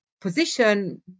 position